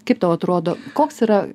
kaip tau atrodo koks yra